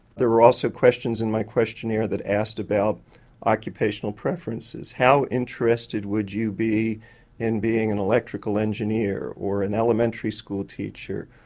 there were also questions in my questionnaire that asked about occupational preferences. how interested would you be in being an electrical engineer or an elementary school teacher,